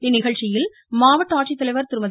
இந்நிகழ்ச்சியில் மாவட்ட ஆட்சித்தலைவர் திருமதி